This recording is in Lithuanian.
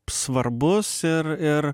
svarbus ir ir